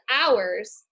hours